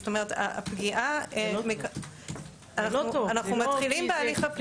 זאת אומרת, אנחנו מתחילים בהליך הפלילי.